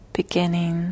beginning